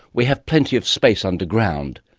we have plenty of space underground,